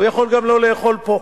הוא יכול גם לא לאכול פה.